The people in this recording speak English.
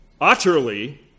utterly